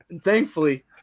thankfully